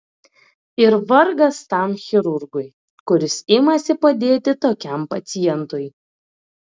ir vargas tam chirurgui kuris imasi padėti tokiam pacientui